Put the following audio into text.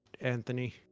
Anthony